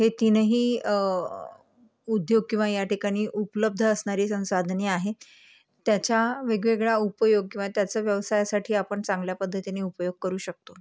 हे तीनही उद्योग किंवा ह्या ठिकाणी उपलब्ध असणारी संसाधने आहे त्याच्या वेगवेगळा उपयोग किंवा त्याचं व्यवसायासाठी आपण चांगल्या पद्धतीनी उपयोग करू शकतो